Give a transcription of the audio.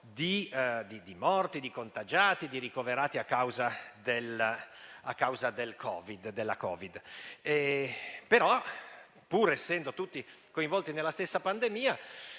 di morti, di contagiati e di ricoverati a causa del Covid. Tuttavia, pur essendo tutti coinvolti nella stessa pandemia,